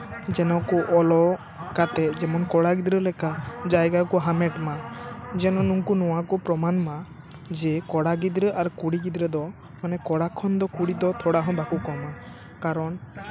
ᱡᱮᱱᱚ ᱠᱚ ᱚᱞᱚᱜ ᱠᱟᱛᱮᱜ ᱡᱮᱢᱚᱱ ᱠᱚᱲᱟ ᱜᱤᱫᱽᱨᱟᱹ ᱞᱮᱠᱟ ᱡᱟᱭᱜᱟ ᱠᱚ ᱦᱟᱢᱮᱴ ᱢᱟ ᱡᱮᱱᱚ ᱱᱩᱠᱩ ᱱᱚᱣᱟ ᱠᱚ ᱯᱨᱚᱢᱟᱱ ᱢᱟ ᱡᱮ ᱠᱚᱲᱟ ᱜᱤᱫᱽᱨᱟᱹ ᱟᱨ ᱠᱩᱲᱤ ᱜᱤᱫᱽᱨᱟᱹ ᱫᱚ ᱢᱟᱱᱮ ᱠᱚᱲᱟ ᱠᱷᱚᱱ ᱫᱚ ᱠᱩᱲᱤ ᱦᱚᱸ ᱛᱷᱚᱲᱟ ᱦᱚᱸ ᱵᱟᱠᱚ ᱠᱚᱢᱟ ᱠᱟᱨᱚᱱ